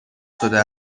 شده